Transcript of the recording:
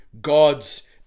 God's